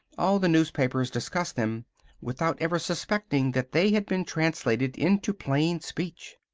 all the newspapers discussed them without ever suspecting that they had been translated into plain speech.